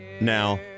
now